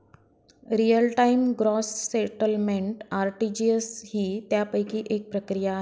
real time gross settlement RTGS ही त्यापैकी एक प्रक्रिया आहे